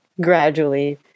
gradually